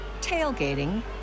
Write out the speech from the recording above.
tailgating